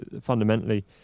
fundamentally